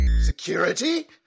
Security